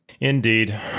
Indeed